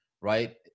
Right